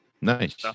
Nice